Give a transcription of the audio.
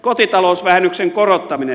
kotitalousvähennyksen korottaminen